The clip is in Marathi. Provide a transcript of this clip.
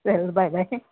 चल बाय बाय